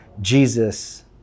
Jesus